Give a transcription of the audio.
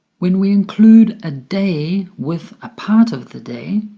when we include a day with a part of the day?